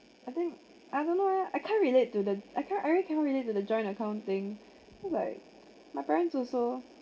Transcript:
I think I don't know leh I can't relate to the I cannot I really cannot relate to the joint account thing because like my parents also